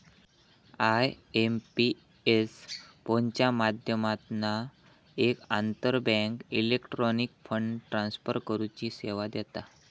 IMPS फोनच्या माध्यमातना एक आंतरबँक इलेक्ट्रॉनिक फंड ट्रांसफर करुची सेवा देता